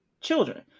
children